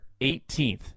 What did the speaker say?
18th